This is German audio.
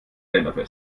geländer